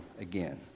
again